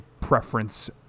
preference